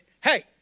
hey